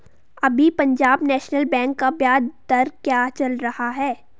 अभी Punjab National Bank का ब्याज दर क्या चल रहा है?